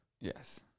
Yes